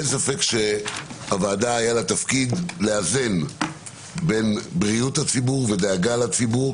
אין ספק שלוועדה היה תפקיד לאזן בין בריאות הציבור ודאגה לציבור,